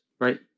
Right